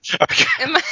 Okay